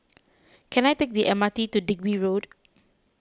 can I take the M R T to Digby Road